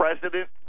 president